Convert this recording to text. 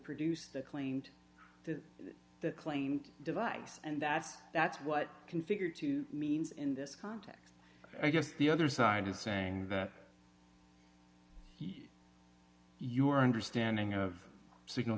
produce the claimed to the claimed device and that that's what configured to means in this context i guess the other side of saying that your understanding of signal